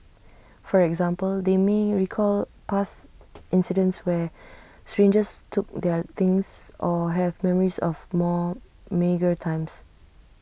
for example they may recall past incidents where strangers took their things or have memories of more meagre times